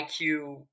IQ